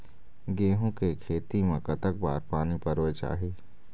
गेहूं के खेती मा कतक बार पानी परोए चाही?